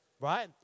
Right